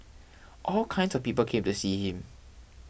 all kinds of people came to see him